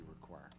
require